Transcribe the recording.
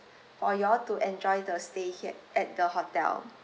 for you all to enjoy the stay here at the hotel